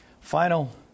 Final